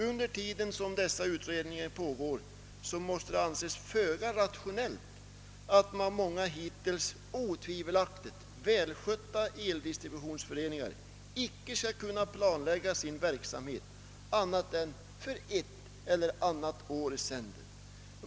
Under tiden som dessa utredningar pågår måste det anses föga rationellt att många hittills otvivelaktigt välskötta eldistributionsföreningar icke skall kunna planlägga sin verksamhet annat än för ett eller annat år i sänder.